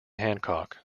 hancock